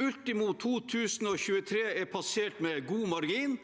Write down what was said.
Ultimo 2023 er passert med god margin.